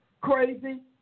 crazy